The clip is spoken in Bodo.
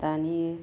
दानि